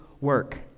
Work